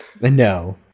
No